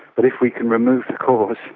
but if we can remove the cause,